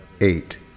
eight